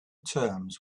terms